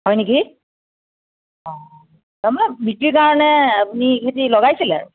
হয় নেকি অঁ তাৰ মানে বিক্ৰীৰ কাৰণে আপুনি খেতি লগাইছিলে